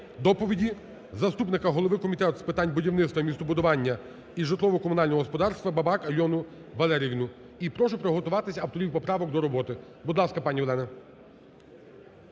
доповіді заступника голови Комітету з питань будівництва і містобудування і житлово-комунального господарства Бабак Альону Валеріївну. І прошу приготуватись авторів поправок до роботи. Будь ласка, пані Олена.